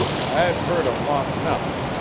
i've hearn em long enough.